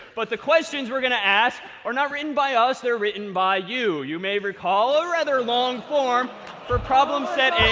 but the questions we're going to ask were not written by us, they were written by you. you may recall a rather long form for problem set